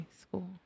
school